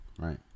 Right